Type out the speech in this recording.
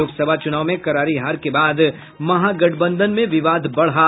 लोकसभा चुनाव में करारी हार के बाद महागठबंधन में विवाद बढ़ा